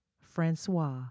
Francois